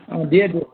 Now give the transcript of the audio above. অ' দিয়েটো